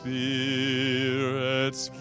Spirit's